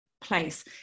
place